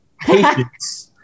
patience